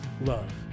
love